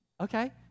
okay